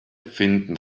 finden